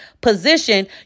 position